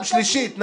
שלישית.